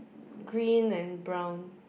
green and brown